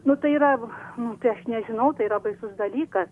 nu tai yra nu tai aš nežinau tai yra baisus dalykas